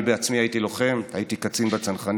אני עצמי הייתי לוחם, הייתי קצין בצנחנים.